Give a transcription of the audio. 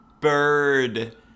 Bird